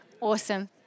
Awesome